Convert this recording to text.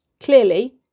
Clearly